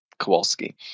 Kowalski